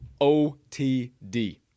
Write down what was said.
O-T-D